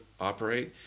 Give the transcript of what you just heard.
operate